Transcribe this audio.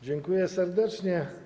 Dziękuję serdecznie.